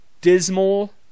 dismal